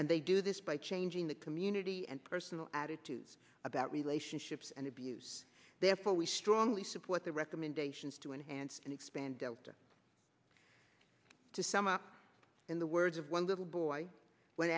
and they do this by changing the community and personal attitudes about relationships and abuse therefore we strongly support the recommendations to enhance and expand delta to sum up in the words of one little boy when